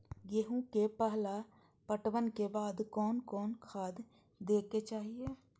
गेहूं के पहला पटवन के बाद कोन कौन खाद दे के चाहिए?